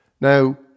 Now